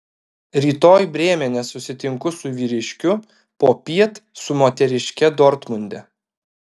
rytoj brėmene susitinku su vyriškiu popiet su moteriške dortmunde